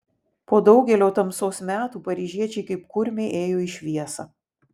po daugelio tamsos metų paryžiečiai kaip kurmiai ėjo į šviesą